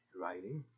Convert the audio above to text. writing